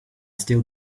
still